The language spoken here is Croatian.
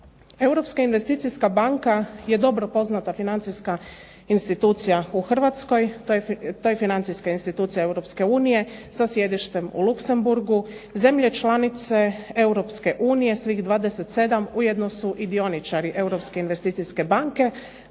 Europska investicijska banka je dobro poznata financijska institucija u Hrvatskoj. To je financijska institucija Europske unije sa sjedištem u Luxembourgu. Zemlje članice Europske unije svih 27 ujedno su i dioničari Europske investicijske banke,